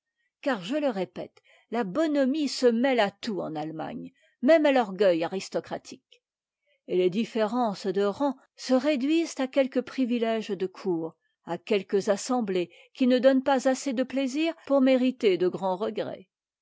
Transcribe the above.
car je le répète la bonhomie se mêle à tout en allemagne même à l'orgueil aristocratique et les différences de rang se réduisent à quelques privitéges de cour à quelques assemblées qui ne donnent pas assez de plaisirs pour mériter de grands regrets